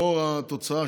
לאור התוצאה,